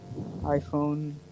iPhone